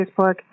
Facebook